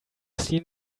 seen